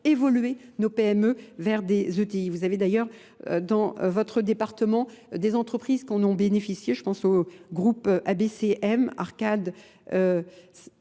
évoluer nos PME vers des ETI. Vous avez d'ailleurs dans votre département des entreprises qui en ont bénéficié. Je pense au groupe ABCM, Arcade,